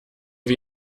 wie